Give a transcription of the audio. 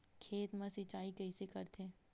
खेत मा सिंचाई कइसे करथे?